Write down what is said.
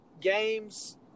games